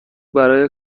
برای